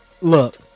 Look